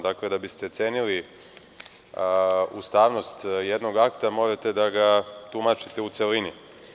Dakle, da biste cenili ustavnost jednog akta morate da ga tumačite u celini.